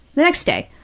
the next day.